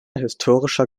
historischer